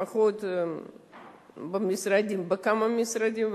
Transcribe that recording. לפחות בכמה משרדים,